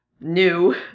new